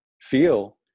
feel